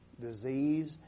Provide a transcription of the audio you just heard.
disease